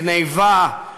גנבה, שוד,